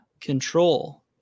control